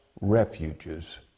refuges